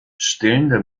stillende